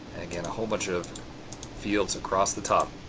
again a whole bunch of fields across the top.